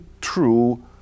true